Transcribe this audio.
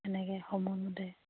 তেনেকৈ সময়মতে